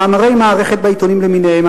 מאמרי מערכת בעיתונים למיניהם,